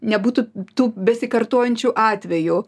nebūtų tų besikartojančių atvejų